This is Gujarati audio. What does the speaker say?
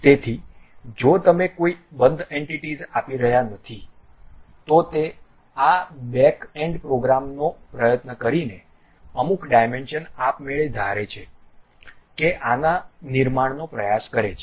તેથી જો તમે કોઈ બંધ એન્ટિટીઝ આપી રહ્યાં નથી તો તે આ બેક એન્ડ પ્રોગ્રામનો પ્રયત્ન કરીને અમુક ડાયમેન્શન આપમેળે ધારે છે કે આના નિર્માણનો પ્રયાસ કરે છે